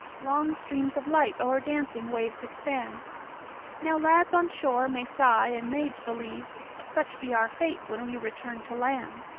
long streams of light o'er dancing waves expand now lads on shore may sigh and maids believe such be our fate when we return to land!